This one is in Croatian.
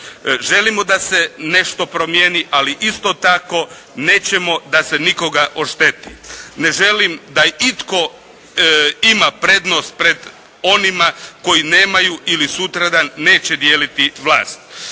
Želimo da se nešto promijeni, ali isto tako nećemo da se nikoga ošteti. Ne želim da itko ima prednost pred onima koji nemaju ili sutradan neće dijeliti vlast.